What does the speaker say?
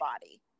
body